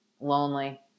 lonely